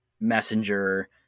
messenger